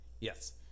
Yes